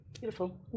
beautiful